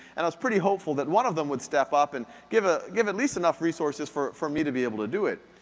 and i was pretty hopeful that one of them would step up and give ah give at least enough resources for for me to be able to do it.